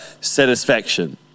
satisfaction